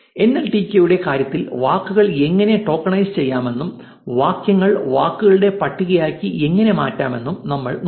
NLTK യുടെ കാര്യത്തിൽ വാക്കുകൾ എങ്ങനെ ടോക്കണൈസ് ചെയ്യാമെന്നും വാക്യങ്ങൾ വാക്കുകളുടെ പട്ടികയാക്കി എങ്ങനെ മാറ്റാമെന്നും നമ്മൾ നോക്കി